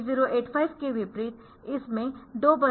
8085 के विपरीत इसमें 2 बसेस है